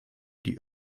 die